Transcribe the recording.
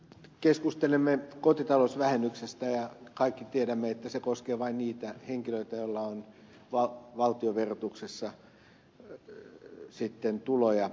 keskustelemme kotitalousvähennyksestä ja kaikki tiedämme että se koskee vain niitä henkilöitä joilla on valtionverotuksessa tuloja